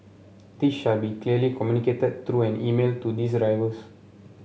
this shall be clearly communicated through an email to these drivers